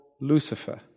Lucifer